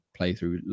playthrough